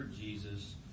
Jesus